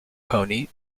pony